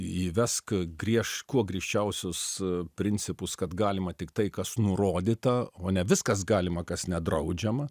įvesk grieš kuo griežčiausius principus kad galima tiktai kas nurodyta o ne viskas galima kas nedraudžiama